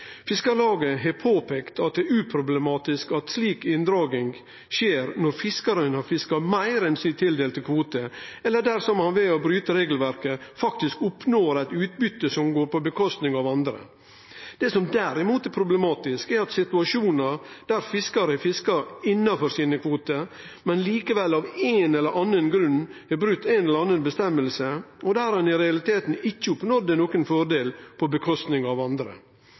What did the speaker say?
Fiskarlaget har påpeikt at det er uproblematisk at slik inndraging skjer når fiskaren har fiska meir enn den tildelte kvoten, eller dersom han ved å bryte regelverket oppnår eit utbyte på kostnad av andre. Det som derimot er problematisk, er situasjonar der fiskaren har fiska innanfor sine kvotar, men likevel av ein eller annan grunn har brote ei eller anna føresegn, men i realiteten ikkje oppnådd nokon fordel på kostnad av andre.